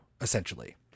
essentially